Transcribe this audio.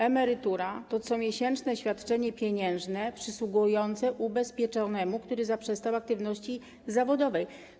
Emerytura to comiesięczne świadczenie pieniężne przysługujące ubezpieczonemu, który zaprzestał aktywności zawodowej.